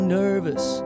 nervous